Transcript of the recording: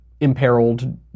imperiled